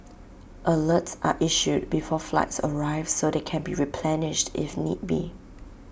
alerts are issued before flights arrive so they can be replenished if need be